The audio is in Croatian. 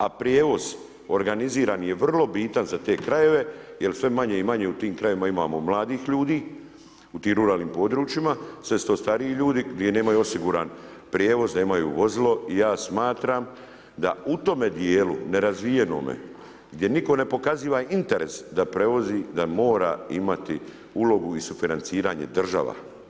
A prijevoz organizirani je vrlo bitan za te krajeve jer sve manje i manje u tim krajevima imamo mladih ljudi, u tim ruralnim područjima, sve su to stariji ljudi gdje nemaju osiguran prijevoz, nemaju vozilo i ja smatram da u tome djelu, nerazvijenome, gdje nitko ne pokaziva interes da prevozi, da mora imati ulogu i sufinanciranje država.